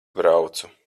braucu